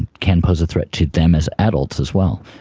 and can pose a threat to them as adults as well.